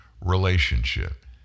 relationship